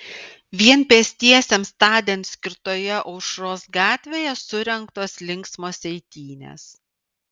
vien pėstiesiems tądien skirtoje aušros gatvėje surengtos linksmos eitynės